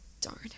Darn